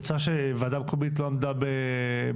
יצא שוועדה מקומית לא עמדה בתנאי